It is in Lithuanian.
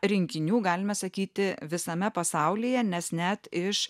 rinkinių galime sakyti visame pasaulyje nes net iš